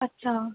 अच्छा